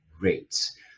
rates